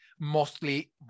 mostly